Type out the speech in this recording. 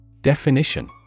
Definition